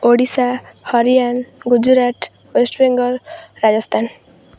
Odisha Haryana Gujarat West Bengal Rajasthan